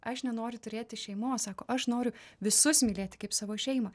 aš nenoriu turėti šeimos sako aš noriu visus mylėti kaip savo šeimą